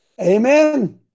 Amen